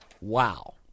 Wow